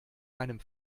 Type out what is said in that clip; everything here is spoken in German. meinem